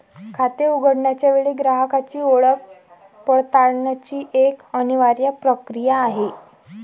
खाते उघडण्याच्या वेळी ग्राहकाची ओळख पडताळण्याची एक अनिवार्य प्रक्रिया आहे